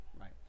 Right